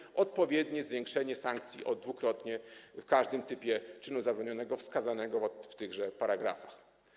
Chodzi o odpowiednie zwiększenie sankcji, dwukrotne w każdym typie czynu zabronionego wskazanego w tychże paragrafach.